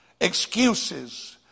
Excuses